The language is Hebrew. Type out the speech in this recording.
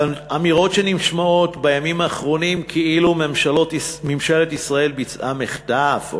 האמירות שנשמעות בימים האחרונים כאילו ממשלת ישראל ביצעה מחטף,